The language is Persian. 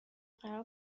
قرار